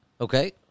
Okay